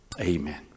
Amen